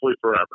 forever